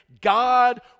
God